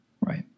Right